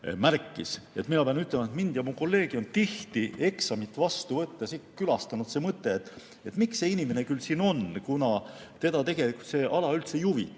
siin märkis –, et mind ja mu kolleege on tihti eksamit vastu võttes külastanud see mõte, miks see inimene küll siin on, kuna teda tegelikult see ala üldse ei